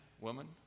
woman